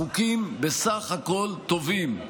החוקים בסך הכול טובים.